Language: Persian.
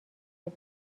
خود